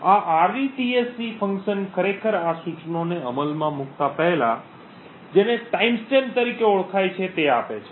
આ rdtsc function ખરેખર આ સૂચનોને અમલમાં મૂકતા પહેલા જેને ટાઇમ સ્ટેમ્પ તરીકે ઓળખાય છે તે આપે છે